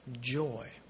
joy